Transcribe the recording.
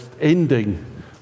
ending